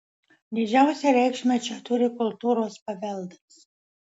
didžiausią reikšmę čia turi kultūros paveldas